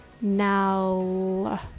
now